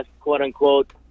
quote-unquote